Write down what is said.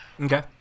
Okay